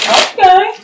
okay